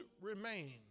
remain